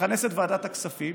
לכנס את ועדת הכספים